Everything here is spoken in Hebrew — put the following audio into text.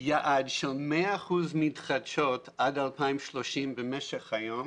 יעד של 10 אחוזים מתחדשות עד 2030 במשך היום,